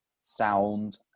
sound